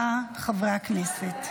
עשרה בעד, מתנגד אחד,